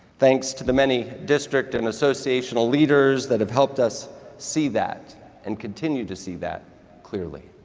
thanks to the many district and associational leaders that have helped us see that and continue to see that clearly.